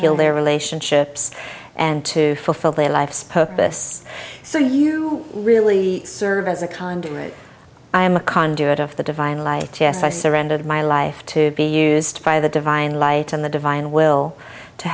heal their relationships and to fulfill their life's purpose so you really serve as a conduit i am a conduit of the divine life yes i surrendered my life to be used by the divine light and the divine will to